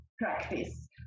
practice